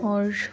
اور